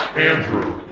andrew,